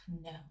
No